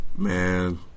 Man